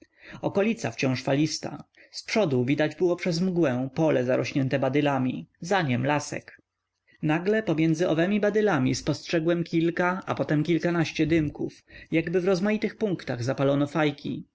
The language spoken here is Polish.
okolica wciąż falista zprzodu widać przez mgłę pole zarośnięte badylami za niem lasek nagle między owemi badylami spostrzegłem kilka a potem kilkanaście dymków jakby w rozmaitych punktach zapalono fajki